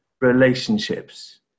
relationships